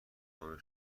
تمام